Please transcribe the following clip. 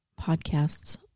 podcasts